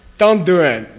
don't do it!